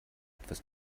etwas